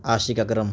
عاشق اکرم